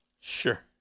Sure